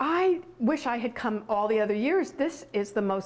i wish i had come all the other years this is the most